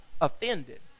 offended